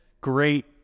Great